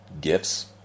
gifts